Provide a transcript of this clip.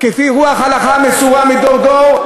כפי רוח ההלכה המסורה מדור-דור,